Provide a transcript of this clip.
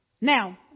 Now